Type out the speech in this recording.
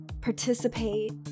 participate